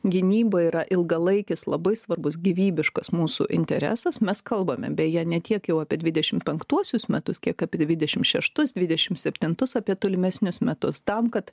gynyba yra ilgalaikis labai svarbus gyvybiškas mūsų interesas mes kalbame beje ne tiek jau apie dvidešimt penktuosius metus kiek apie dvidešimt šeštus dvidešimt septintus apie tolimesnius metus tam kad